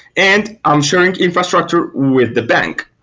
and i'm sharing infrastructure with the bank.